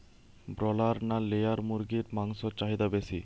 Broiler না layer মুরগির মাংসর চাহিদা বেশি?